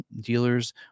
dealers